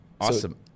Awesome